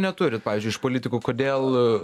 neturit pavyzdžiui iš politikų kodėl